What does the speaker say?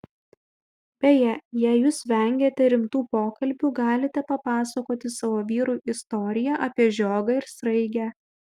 beje jei jūs vengiate rimtų pokalbių galite papasakoti savo vyrui istoriją apie žiogą ir sraigę